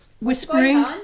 whispering